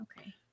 Okay